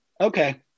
Okay